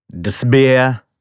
despair